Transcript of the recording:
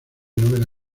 novela